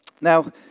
Now